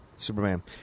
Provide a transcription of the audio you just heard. superman